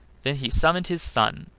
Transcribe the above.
then he summoned his son,